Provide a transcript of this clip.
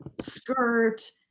skirt